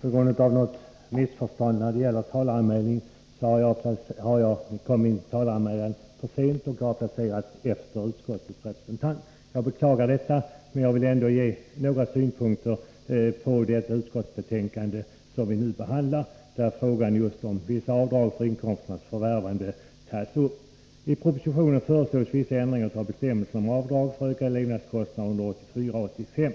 På grund av ett missförstånd när det gäller anmälningen till talarlistan har jag blivit inplacerad efter utskottets företrädare. Jag beklagar detta, men jag vill ändå anföra några synpunkter på det utskottsbetänkande som vi nu behandlar och där just frågan om vissa avdrag för inkomstens förvärvande tas upp. I propositionen föreslås vissa ändringar av bestämmelserna om avdrag för ökade levnadskostnader under åren 1984 och 1985.